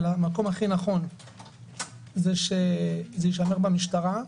אבל המקום הכי נכון זה שזה יישמר מהמשטרה.